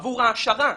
עבור העשרה.